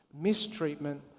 mistreatment